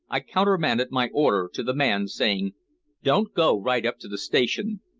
i countermanded my order to the man, saying don't go right up to the station.